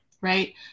right